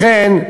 לכן,